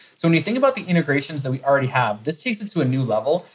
so when you think about the integrations that we already have, this takes it to a new level,